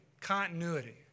continuity